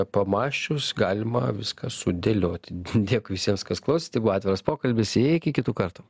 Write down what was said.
pamąsčius galima viską sudėlioti dėkui visiems kas klausėt tai buvo atviras pokalbis iki kitų kartų